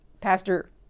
Pastor